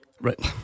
right